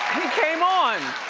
came on.